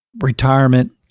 retirement